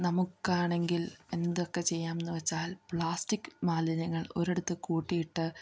നമുക്കാണെങ്കിൽ എന്തൊക്കെ ചെയ്യാം എന്ന് വെച്ചാൽ പ്ലാസ്റ്റിക്ക് മാലിന്യങ്ങൾ ഒരിടത്ത് കൂട്ടിയിട്ട്